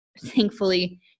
thankfully